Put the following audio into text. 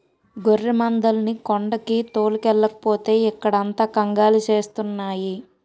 గొర్రెమందల్ని కొండకి తోలుకెల్లకపోతే ఇక్కడంత కంగాలి సేస్తున్నాయి